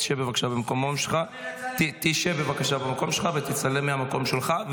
תשב בבקשה במקום שלך ותצלם מהמקום שלך,